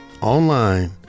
online